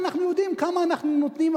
אנחנו יודעים כמה אנחנו נותנים,